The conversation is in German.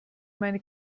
meine